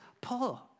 pull